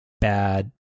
bad